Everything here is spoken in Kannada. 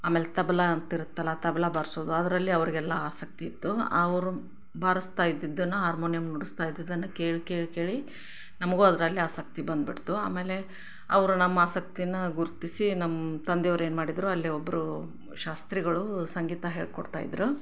ಆಮೇಲೆ ತಬಲಾ ಅಂತ ಇರುತ್ತಲ್ವ ತಬಲಾ ಬಾರಿಸೋದು ಅದರಲ್ಲಿ ಅವರಿಗೆಲ್ಲ ಆಸಕ್ತಿ ಇತ್ತು ಅವರು ಬಾರಿಸ್ತಾ ಇದ್ದಿದ್ದನ್ನು ಹಾರ್ಮೋನಿಯಂ ನುಡಿಸ್ತಾ ಇದ್ದಿದ್ದನ್ನು ಕೇಳಿ ಕೇಳಿ ಕೇಳಿ ನಮಗೂ ಅದ್ರಲ್ಲಿ ಆಸಕ್ತಿ ಬಂದು ಬಿಡ್ತು ಆಮೇಲೆ ಅವರು ನಮ್ಮ ಆಸಕ್ತಿನ ಗುರುತಿಸಿ ನಮ್ಮ ತಂದೆ ಅವ್ರು ಏನು ಮಾಡಿದರು ಅಲ್ಲೇ ಒಬ್ಬರು ಶಾಸ್ತ್ರಿಗಳು ಸಂಗೀತ ಹೇಳಿಕೊಡ್ತಾ ಇದ್ದರು